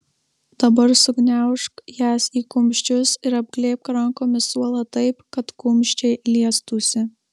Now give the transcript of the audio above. dabar sugniaužk jas į kumščius ir apglėbk rankomis suolą taip kad kumščiai liestųsi